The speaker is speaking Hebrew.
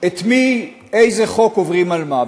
את מי, איזה חוק, עוברים על מה.